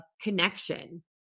connection